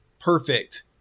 Perfect